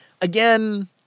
Again